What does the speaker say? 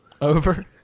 Over